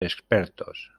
expertos